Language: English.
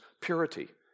purity